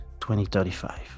2035